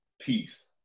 peace